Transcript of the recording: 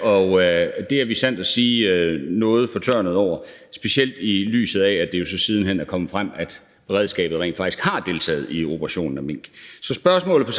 og det er vi sandt at sige noget fortørnede over, specielt i lyset af at det jo så siden hen er kommet frem, at beredskabet rent faktisk har deltaget i operation minkaflivning. Så spørgsmålet til